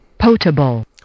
potable